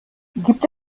gibt